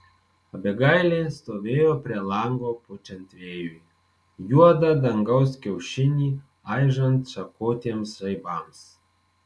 abigailė stovėjo prie lango pučiant vėjui juodą dangaus kiaušinį aižant šakotiems žaibams